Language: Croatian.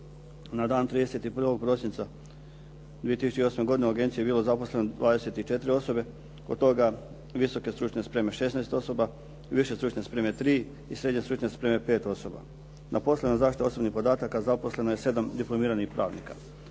Na dan 31. prosinca 2008. godine u agenciji je bilo zaposleno 24 osobe, od toga visoke stručne spreme 16 osoba, više stručne spreme 3 i srednje stručne spreme 5 osoba. Na poslovima zaštite osobnih podataka zaposleno je 7 diplomiranih pravnika.